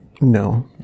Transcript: No